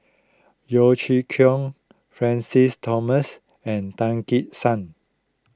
Yeo Chee Kiong Francis Thomas and Tan Gek Suan